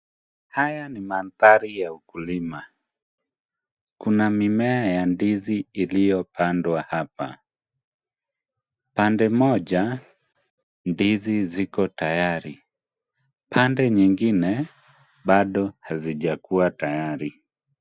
Haya ni mandhari ya ukulima. Kuna mimea ya ndizi iliyopandwa hapa. Pande moja, ndizi ziko tayari. Pande nyingine bado hazijakua tayari.